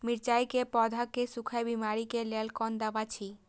मिरचाई के पौधा के सुखक बिमारी के लेल कोन दवा अछि?